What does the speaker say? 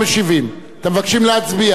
רבותי, יש הסכמת ממשלה.